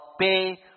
pay